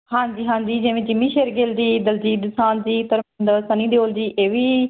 ਹਾਂਜੀ ਹਾਂਜੀ ਜਿਵੇਂ ਜਿੰਮੀ ਸ਼ੇਰਗਿੱਲ ਦੀ ਦਿਲਜੀਤ ਦੋਸਾਂਝ ਦੀ ਧਰਮਿੰਦਰ ਸੰਨੀ ਦਿਓਲ ਜੀ ਇਹ ਵੀ